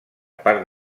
parc